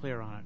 clear on